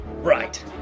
Right